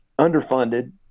underfunded